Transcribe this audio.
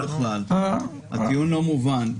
הטיעון לא מובן.